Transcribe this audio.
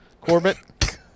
Corbett